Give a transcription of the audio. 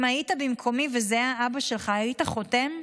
אם היית במקומי וזה היה אבא שלך, היית חותם?